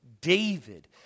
David